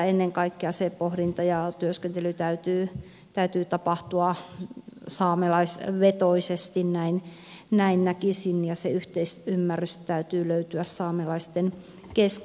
ennen kaikkea sen pohdinnan ja työskentelyn täytyy tapahtua saamelaisvetoisesti näin näkisin ja sen yhteisymmärryksen täytyy löytyä saamelaisten kesken